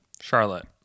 Charlotte